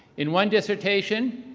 in one dissertation,